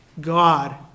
God